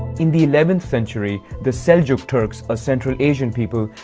in the eleventh century, the seljuk turks, a central asian people,